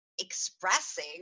expressing